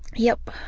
yep.